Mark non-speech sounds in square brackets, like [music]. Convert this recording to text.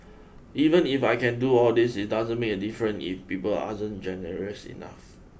even if I can do all this it doesn't make a different if people [unintelligible] generous enough